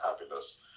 happiness